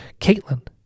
Caitlin